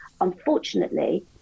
Unfortunately